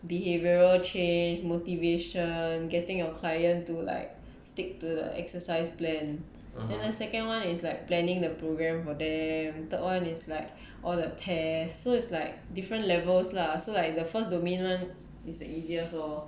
behavioural change motivation getting your client to like stick to exercise plan then second one is like planning the program for them third one is like all the test so it's like different levels lah so like the first dominant it's the easiest lor